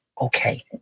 Okay